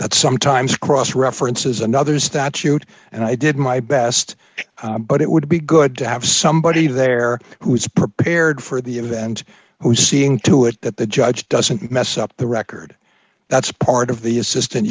that sometimes cross references another statute and i did my best but it would be good to have somebody there who is prepared for the event who seeing to it that the judge doesn't mess up the record that's part of the assistant